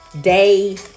day